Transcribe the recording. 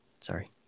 Sorry